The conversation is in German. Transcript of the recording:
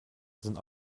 sind